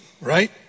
right